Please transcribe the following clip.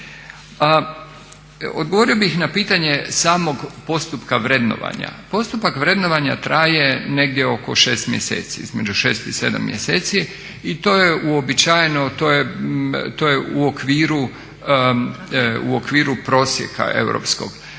Odgovorio bih na pitanje samog postupka vrednovanja. Postupak vrednovanja traje negdje oko 6 mjeseci između 6 i 7 mjeseci i to je uobičajeno, to je u okviru prosjeka europskog.